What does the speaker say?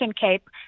Cape